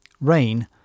rain